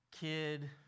kid